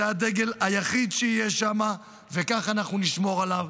זה הדגל היחיד שיהיה שם, וכך אנחנו נשמור עליו.